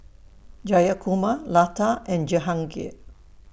Jayakumar Lata and Jehangirr